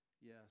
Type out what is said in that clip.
Yes